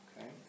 okay